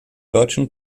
deutschen